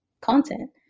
content